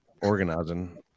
organizing